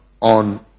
on